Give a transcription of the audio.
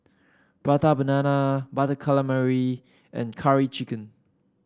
Prata Banana Butter Calamari and Curry Chicken